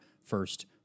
first